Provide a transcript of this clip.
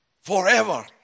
Forever